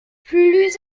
plus